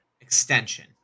Extension